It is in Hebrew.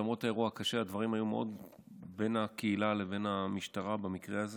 למרות האירוע הקשה הדברים במקרה הזה